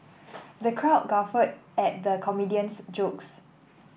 the crowd guffawed at the comedian's jokes